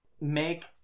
Make